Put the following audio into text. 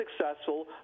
successful